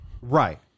Right